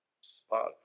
spot